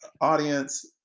Audience